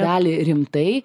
gali rimtai